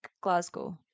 Glasgow